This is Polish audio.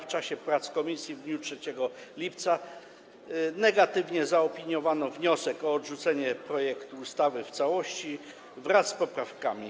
Podczas prac komisji w dniu 3 lipca negatywnie zaopiniowano wniosek o odrzucenie projektu ustawy w całości wraz z poprawkami.